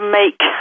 make